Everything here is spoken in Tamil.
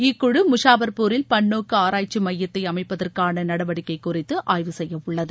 இக்குழு முஷாஃபர்பூரில் பன்நோக்கு ஆராய்ச்சி மையத்தை அமைப்பதற்காக நடவடிக்கை குறித்து ஆய்வு செய்யவுள்ளது